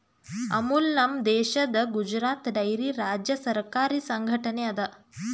ಅಮುಲ್ ನಮ್ ದೇಶದ್ ಗುಜರಾತ್ ಡೈರಿ ರಾಜ್ಯ ಸರಕಾರಿ ಸಂಘಟನೆ ಅದಾ